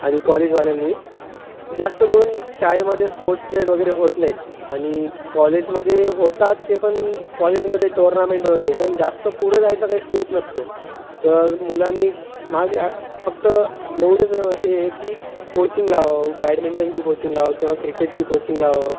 आणि कॉलेजवाल्यांनी जास्तकरून शाळेमध्ये स्पोर्ट्स पिरेड वगैरे होत नाहीत आणि कॉलेजमध्ये होतात ते पण कॉलेजमध्ये टोर्नामेंट वगैरे पण जास्त पुढं जायचा काही स्कोप नसतो त र मुलांनी क् माझं आ फक्त एवढेच एव् हे आहे की कोचिंग लावावं बॅडमिंटनची कोचिंग लाव किंवा क्रिकेटची कोचिंग लावावं